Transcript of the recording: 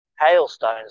Hailstones